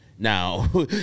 Now